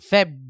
Feb